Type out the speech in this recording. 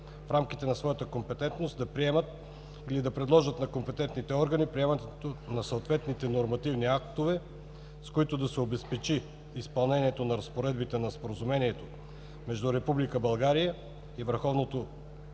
в рамките на своята компетентност да приемат или да предложат на компетентните органи приемането на съответните нормативни актове, с които да се обезпечи изпълнението на разпоредбите на Споразумението между Република